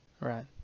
right